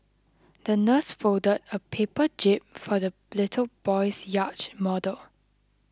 the nurse folded a paper jib for the little boy's yacht model